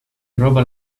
roba